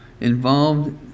involved